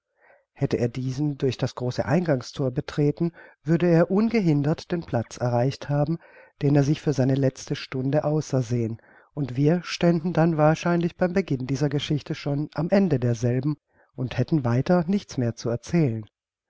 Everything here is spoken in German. hätte er diesen durch das große eingangsthor betreten würde er ungehindert den platz erreicht haben den er sich für seine letzte stunde ausersehen und wir ständen dann wahrscheinlich beim beginn dieser geschichte schon am ende derselben und hätten weiter nichts mehr zu erzählen